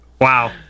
wow